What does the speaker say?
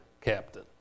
captain